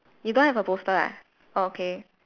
you don't have a poster ah oh okay